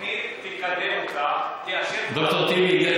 תוכנית תקדם אותה, ד"ר טיבי,